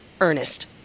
Ernest